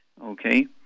Okay